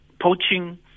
poaching